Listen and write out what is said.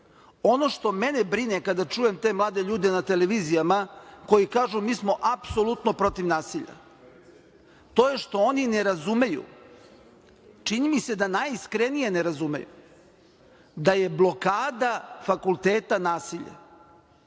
što mene brine kada čujem te mlade ljude na televizijama koji kažu – mi smo apsolutno protiv nasilja, to je što oni ne razumeju, čini mi se da najiskrenije ne razumeju da je blokada fakulteta nasilje.